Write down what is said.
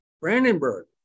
Brandenburg